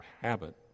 habit